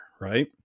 right